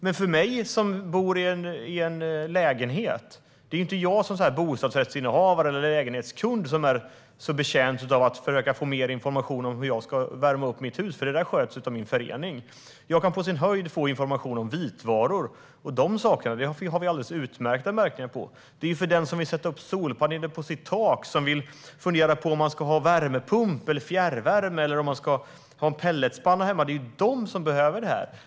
Men det är inte folk som liksom jag bor i en lägenhet, bostadsrättsinnehavare eller hyresgäster, som är betjänta av att få mer information om hur vi ska värma upp våra hus. Det där sköts av min förening. Jag kan som mest behöva information om vitvaror, och de sakerna finns det utmärkta märkningar på. Det är de som vill sätta upp solpaneler på sitt tak, som funderar på om de ska ha värmepump, fjärrvärme eller pelletspanna hemma som behöver det här.